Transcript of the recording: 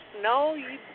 No